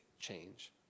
change